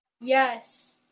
Yes